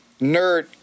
nerd